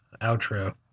outro